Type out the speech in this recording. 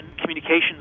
communications